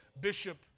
Bishop